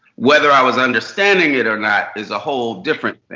whether i was understanding it or not is a whole different